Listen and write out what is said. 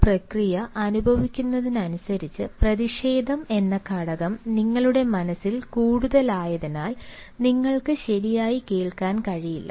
ഒരു പ്രക്രിയ അനുഭവിക്കുന്നതിനനുസരിച്ച് 'പ്രതിഷേധം' എന്ന ഘടകം നിങ്ങളുടെ മനസ്സിൽ കൂടുതലായതിനാൽ നിങ്ങൾക്ക് ശരിയായി കേൾക്കാൻ കഴിയില്ല